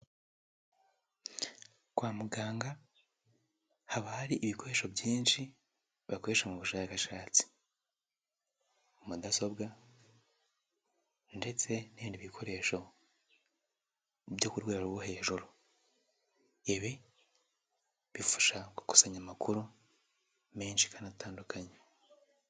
Kwa muganga, haba hari ibikoresho byinshi bakoresha mu bushakashatsi. Mudasobwa ndetse n'ibindi bikoresho byo ku rwego rwo hejuru. Ibi bifasha gukusanya amakuru menshi kandi atandukanye.